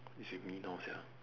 it's with me now sia